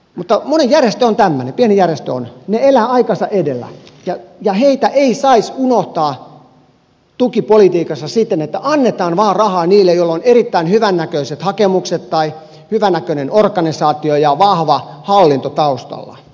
mutta moni pieni järjestö on tämmöinen ne elävät aikaansa edellä ja heitä ei saisi unohtaa tukipolitiikassa siten että annetaan rahaa vain niille joilla on erittäin hyvännäköiset hakemukset tai hyvännäköinen organisaatio ja vahva hallinto taustalla